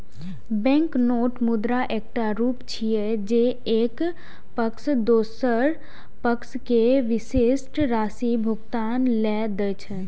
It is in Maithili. बैंकनोट मुद्राक एकटा रूप छियै, जे एक पक्ष दोसर पक्ष कें विशिष्ट राशि भुगतान लेल दै छै